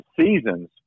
seasons